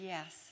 Yes